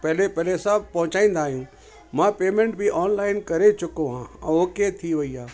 पहिरियों पहिरियों सभु पहुचाईंदा आहियूं मां पेमेंट बि ऑनलाइन करे चुको आहे ऐं ओके थी वई आहे